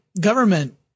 government